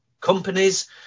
companies